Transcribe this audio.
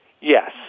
Yes